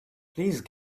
please